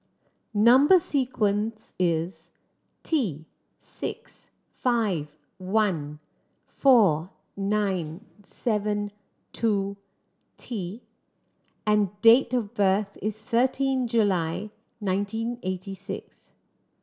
number sequence is T six five one four nine seven two T and date of birth is thirteen July nineteen eighty six